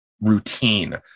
routine